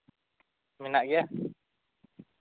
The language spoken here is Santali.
ᱢᱮᱱᱟᱜ ᱜᱮᱭᱟ